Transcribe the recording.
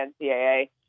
NCAA